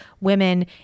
women